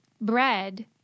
bread